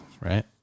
right